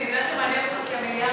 אני מבינה שזה מעניין אותך כי המליאה